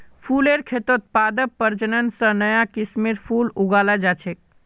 फुलेर खेतत पादप प्रजनन स नया किस्मेर फूल उगाल जा छेक